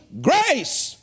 Grace